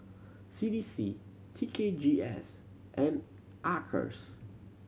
C D C T K G S and Acres